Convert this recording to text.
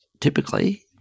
typically